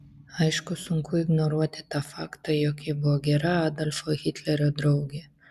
aišku sunku ignoruoti tą faktą jog ji buvo gera adolfo hitlerio draugė